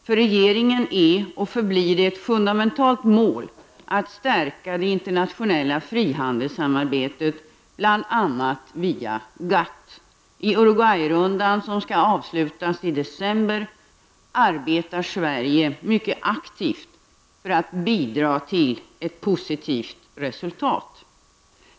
För regeringen är och förblir det ett fundamentalt mål att stärka det internationella frihandelssamarbetet, bl.a. via GATT. I Uruguayrundan, som skall avslutas i december, arbetar Sverige mycket aktivt för att bidra till ett positivt resultat.